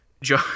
Joe